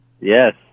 Yes